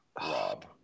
Rob